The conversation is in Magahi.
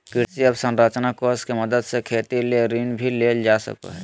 कृषि अवसरंचना कोष के मदद से खेती ले ऋण भी लेल जा सकय हय